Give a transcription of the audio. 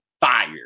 fired